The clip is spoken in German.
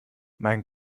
mein